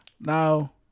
Now